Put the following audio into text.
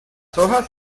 hojas